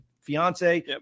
fiance